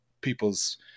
people's